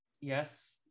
Yes